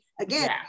again